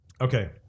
Okay